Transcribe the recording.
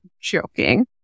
joking